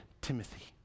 Timothy